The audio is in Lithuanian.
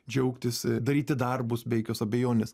džiaugtis daryti darbus be jokios abejonės